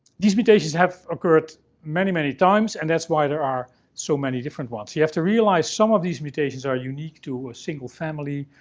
these mutations have occurred many, many times, and that's why there are so many different ones. you have to realize some of these mutations are unique to a single family,